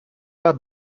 pas